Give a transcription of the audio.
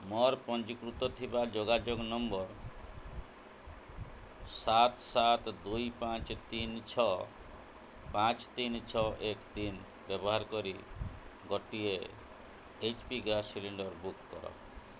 ମୋର ପଞ୍ଜୀକୃତ ଥିବା ଯୋଗାଯୋଗ ନମ୍ବର୍ ସାତ ସାତ ଦୁଇ ପାଞ୍ଚ ତିନି ଛଅ ପାଞ୍ଚ ତିନି ଛଅ ଏକ ତିନି ବ୍ୟବାହାର କରି ଗୋଟିଏ H P gas cylinder book କର